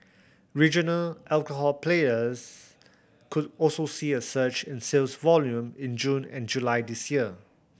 regional alcohol players could also see a surge in sales volume in June and July this year